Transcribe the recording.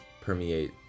permeate